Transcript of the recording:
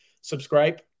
subscribe